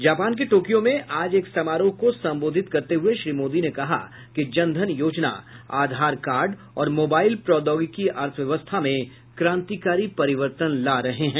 Japan के Tokyo में आज एक समारोह को संबोधित करते हुए श्री मोदी ने कहा कि जनधन योजना आधार कार्ड और मोबाइल प्रौद्योगिकी अर्थव्यवस्था में क्रांतिकारी परिवर्तन ला रहे हैं